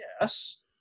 yes